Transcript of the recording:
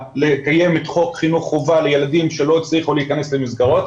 לקיים את חוק חינוך חובה לילדים שלא הצליחו להיכנס למסגרות,